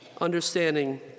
Understanding